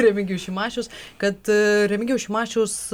remigijus šimašius kad remigijaus šimašiaus